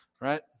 right